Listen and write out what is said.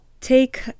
take